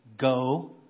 Go